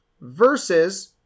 versus